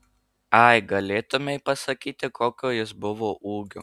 ai galėtumei pasakyti kokio jis buvo ūgio